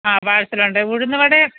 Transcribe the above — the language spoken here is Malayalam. ആ പാഴ്സലുണ്ട് ഉഴുന്നുവട